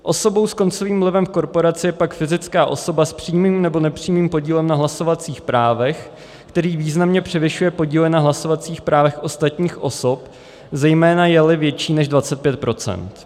Osobou s koncovým vlivem korporace je pak fyzická osoba s přímým nebo nepřímým podílem na hlasovacích právech, který významně převyšuje podílem na hlasovacích právech ostatních osob, zejména jeli větší než 25 %.